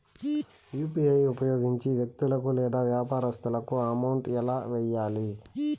UPI ఉపయోగించి వ్యక్తులకు లేదా వ్యాపారస్తులకు అమౌంట్ ఎలా వెయ్యాలి